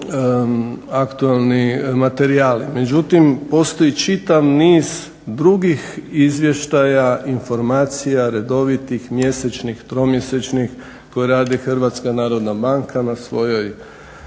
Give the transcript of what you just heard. aktualni materijali. Međutim, postoji čitav niz drugih izvještaja, informacija, redovitih, mjesečnih, tromjesečnih koje radi Hrvatska narodna banka na svojoj